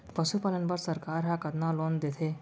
पशुपालन बर सरकार ह कतना लोन देथे?